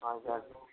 पाँच हज़ार